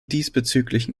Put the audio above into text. diesbezüglichen